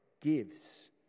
gives